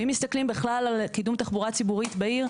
אם מסתכלים בכלל על קידום תחבורה ציבורית בעיר,